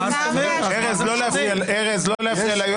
ארז, לא להפריע ליועץ.